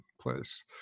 place